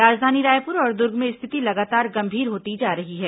राजधानी रायपुर और दुर्ग में स्थिति लगातार गंभीर होती जा रही है